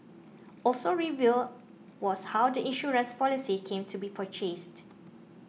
also revealed was how the insurance policy came to be purchased